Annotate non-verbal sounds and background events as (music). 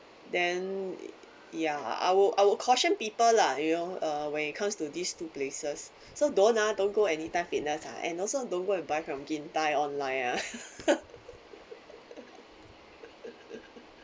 then ya I would I would caution people lah you know uh when it comes to these two places (breath) so don't ah don't go anytime fitness ah and also don't go and buy from gin thye online ah (laughs)